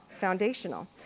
foundational